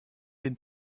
den